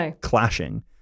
clashing